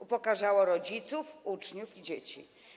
Upokarzało rodziców, uczniów i dzieci.